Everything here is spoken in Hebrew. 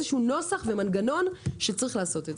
שהוא נוסח ומנגנון שצריך לעשות אותו.